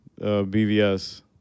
BVS